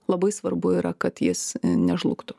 labai svarbu yra kad jis nežlugtų